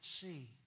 see